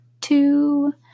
two